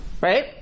Right